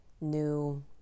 new